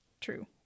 true